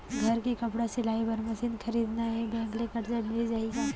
घर मे कपड़ा सिलाई बार मशीन खरीदना हे बैंक ले करजा मिलिस जाही का?